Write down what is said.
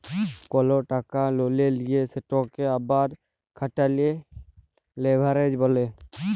call টাকা ললে লিঁয়ে সেটকে আবার খাটালে লেভারেজ ব্যলে